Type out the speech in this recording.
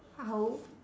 how